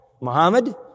Muhammad